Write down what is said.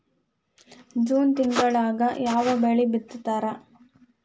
June ತಿಂಗಳದಾಗ ಯಾವ ಬೆಳಿ ಬಿತ್ತತಾರ?